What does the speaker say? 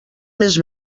més